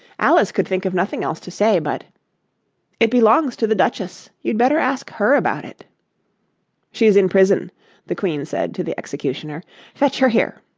alice could think of nothing else to say but it belongs to the duchess you'd better ask her about it she's in prison the queen said to the executioner fetch her here